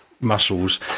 muscles